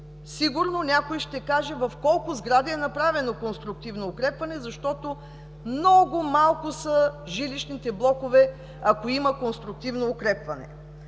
Сигурно някой ще каже в колко сгради е направено конструктивно укрепване, защото много малко са жилищните блокове, ако има конструктивно укрепване.